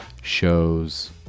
shows